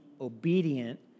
obedient